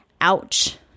Ouch